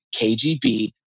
KGB